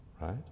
Right